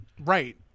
Right